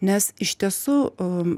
nes iš tiesų